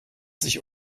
sich